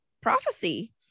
prophecy